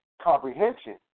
comprehension